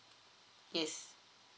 yes